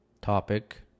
topic